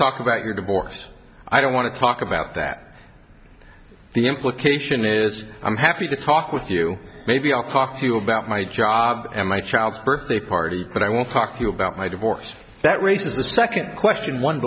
talk about your divorce i don't want to talk about that the implication is i'm happy to talk with you maybe i'll talk to you about my job and my child's birthday party but i won't talk to you about my divorce that raises the second question one